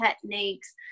techniques